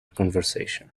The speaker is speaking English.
conversation